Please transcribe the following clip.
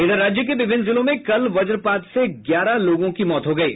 इधर राज्य के विभिन्न जिलों में कल वजपात से ग्यारह लोगों की मौत हो गयी